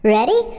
Ready